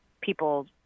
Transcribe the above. people